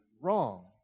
wrong